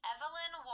Evelyn